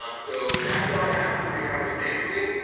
um so, that's all i have for pre-harvest sampling.